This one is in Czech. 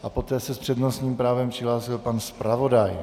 A poté se s přednostním právem přihlásil pan zpravodaj.